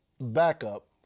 backup